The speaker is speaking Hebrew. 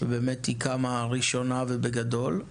באמת היא קמה ראשונה ובגדול.